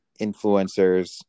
influencers